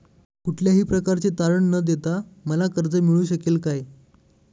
कुठल्याही प्रकारचे तारण न देता मला कर्ज मिळू शकेल काय?